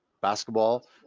basketball